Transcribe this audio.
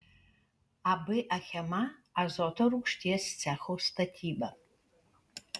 ab achema azoto rūgšties cecho statyba